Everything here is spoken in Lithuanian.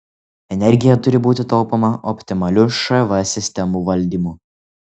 energija turi būti taupoma optimaliu šv sistemų valdymu